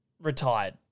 retired